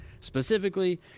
Specifically